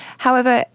however,